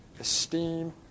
Esteem